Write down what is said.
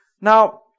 Now